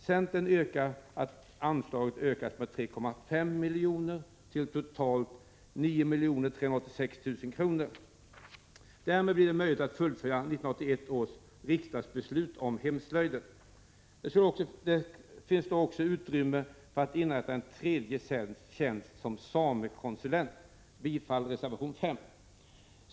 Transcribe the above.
Centern yrkar att anslaget ökas med 3,5 milj.kr. till totalt 9 386 000 kr. Därmed blir det möjligt att fullfölja 1981 års riksdagsbeslut om hemslöjden. Det finns då också utrymme för att inrätta en tredje tjänst som samekonsulent. Jag yrkar bifall till reservation 5.